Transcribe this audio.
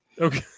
okay